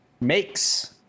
makes